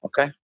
Okay